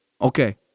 Okay